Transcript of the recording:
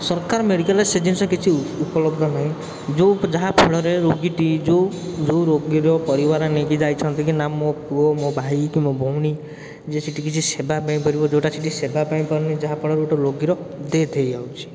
ସରକାର ମେଡ଼ିକାଲରେ ସେ ଜିନିଷ କିଛି ଉପଲବ୍ଧ ନାହିଁ ଯେଉଁ ଯାହାଫଳରେ ରୋଗୀଟି ଯେଉଁ ଯେଉଁ ରୋଗୀର ପରିବାର ନେଇକି ଯାଇଛନ୍ତି କି ନା ମୋ ପୁଅ ମୋ ଭାଇ କି ମୋ ଭଉଣୀ ଯେ ସେଇଠି କିଛି ସେବା ମିଳିପାରିବ ଯେଉଁଟା ସେଇଠି ସେବା ପାଇପାରୁନି ଯାହାଫଳରେ ଗୋଟେ ରୋଗୀର ଡେଥ୍ ହେଇଯାଉଛି